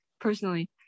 personally